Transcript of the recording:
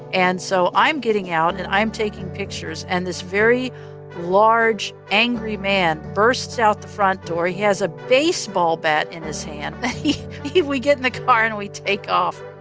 and so, i'm getting out and i'm taking pictures, and this very large, angry man bursts out the front door. he has a baseball bat in his hand and we get in the car and we take off.